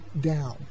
down